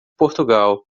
portugal